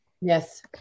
Yes